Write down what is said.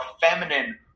feminine